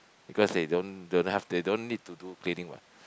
because they don't don't have they don't need to do cleaning what